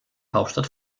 hauptstadt